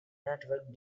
network